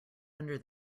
under